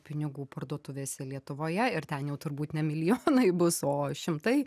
pinigų parduotuvėse lietuvoje ir ten jau turbūt ne milijonai bus o šimtai